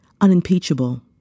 unimpeachable